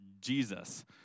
Jesus